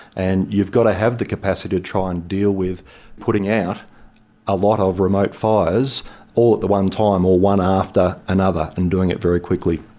and you've got to have the capacity to try and deal with putting out a lot of remote fires all at the one time, or one after another, and doing it very quickly.